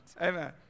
Amen